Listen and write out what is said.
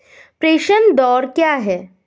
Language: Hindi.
प्रेषण दर क्या है?